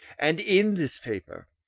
and in this paper,